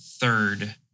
third